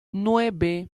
nueve